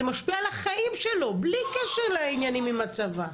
זה משפיע על החיים שלו בלי קשר לעניינים עם הצבא.